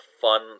fun